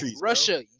russia